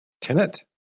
tenant